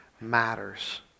matters